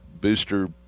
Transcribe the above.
booster